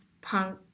punk